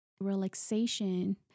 relaxation